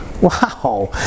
Wow